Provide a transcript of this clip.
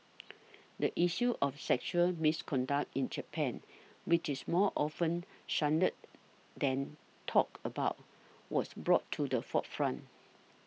the issue of sexual misconduct in Japan which is more often shunned than talked about was brought to the forefront